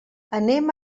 anem